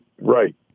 right